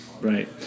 right